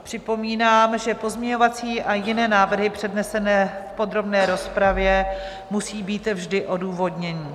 Připomínám, že pozměňovací a jiné návrhy přednesené v podrobné rozpravě musí být vždy odůvodněné.